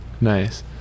Nice